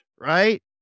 right